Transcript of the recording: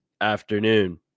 afternoon